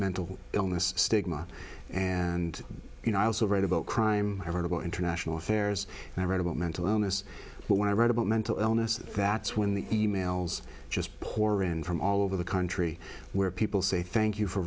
mental illness stigma and you know i also write about crime i heard about international affairs and i write about mental illness but when i write about mental illness that's when the e mails just pour in from all over the country where people say thank you for